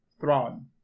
Thrawn